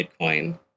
bitcoin